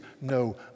no